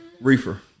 Reefer